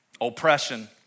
oppression